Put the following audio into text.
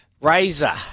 Razor